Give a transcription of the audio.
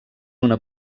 una